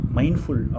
mindful